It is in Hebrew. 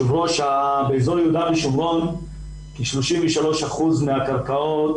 באזור יהודה ושומרון כ-33 אחוזים המקרקעות